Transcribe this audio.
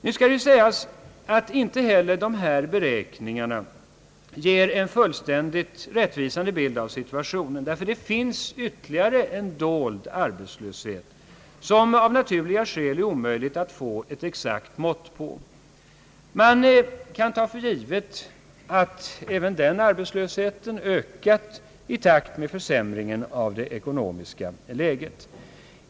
Nu skall det sägas, att inte heller dessa beräkningar ger en fullständigt rättvisande bild av situationen — det finns ytterligare en dold arbetslöshet, som vi av naturliga skäl inte kan få ett exakt mått på. Man kan ta för givet att även denna arbetslöshet ökat i takt med försämringen av det ekonomiska läget.